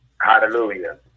hallelujah